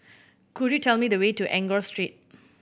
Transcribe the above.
could you tell me the way to Enggor Street